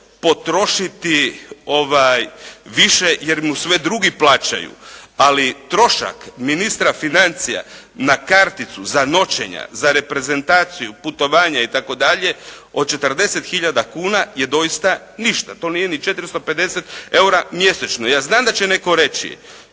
potrošiti više, jer mu sve drugi plaćaju, ali trošak ministra financija na karticu za noćenja, za reprezentaciju, putovanje itd. od 40 tisuća kuna je doista ništa. To nije ni 450 eura mjesečno. Ja znam da će netko reći